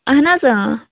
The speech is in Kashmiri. اَہَن حظ اۭں